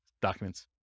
documents